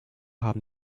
haben